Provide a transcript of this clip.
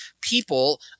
people